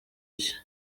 iki